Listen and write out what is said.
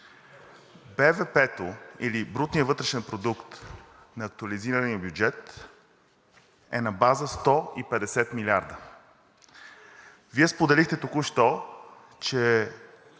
БВП, или брутният вътрешен продукт, на актуализирания бюджет е на база 150 милиарда. Вие споделихте току-що, че